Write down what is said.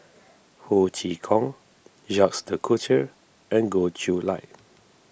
Ho Chee Kong Jacques De Coutre and Goh Chiew Lye